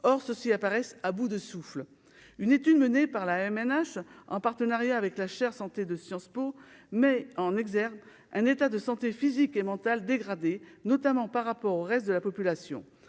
or ceux-ci apparaissent à bout de souffle, une étude menée par la MNH, en partenariat avec la chaire Santé de Sciences Po met en exergue un état de santé physique et mentale dégradé, notamment par rapport au reste de la population